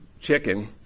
chicken